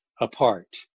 apart